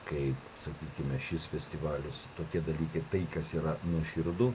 kaip sakykime šis festivalis tokie dalykai tai kas yra nuoširdu